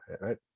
right